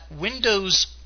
Windows